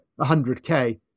100k